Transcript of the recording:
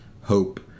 hope